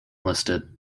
listed